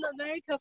America